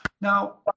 now